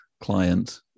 client